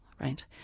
right